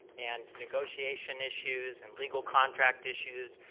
and negotiation issues and legal contract issues,